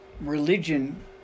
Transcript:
Religion